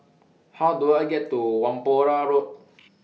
How Do I get to Whampoa Road